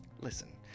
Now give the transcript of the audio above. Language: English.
listen